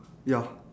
ya